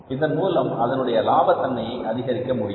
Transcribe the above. இதன் மூலம் அதனுடைய லாபத் தன்மையை அதிகரிக்க முடியும்